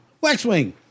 Waxwing